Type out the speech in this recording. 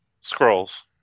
Scrolls